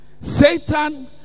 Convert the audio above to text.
Satan